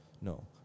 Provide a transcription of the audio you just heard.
No